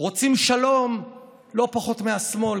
רוצים שלום לא פחות מהשמאל.